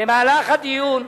במהלך הדיון,